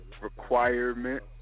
Requirement